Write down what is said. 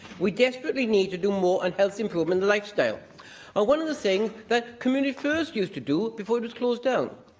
we desperately need to do more on health improvement and lifestyle ah one of the things that communities first used to do before it was closed down.